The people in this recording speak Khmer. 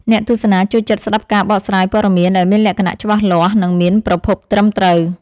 អ្នកទស្សនាចូលចិត្តស្តាប់ការបកស្រាយព័ត៌មានដែលមានលក្ខណៈច្បាស់លាស់និងមានប្រភពត្រឹមត្រូវ។